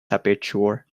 aperture